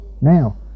now